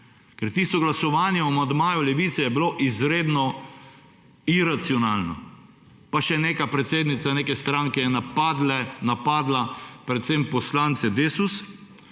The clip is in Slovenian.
Ker tisto glasovanje o amandmaju Levice je bilo izredno iracionalno, pa še neka predsednica neke stranke je napadla predvsem poslance Desusa,